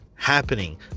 happening